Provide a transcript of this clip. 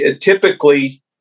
typically